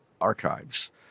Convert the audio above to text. archives